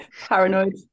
Paranoid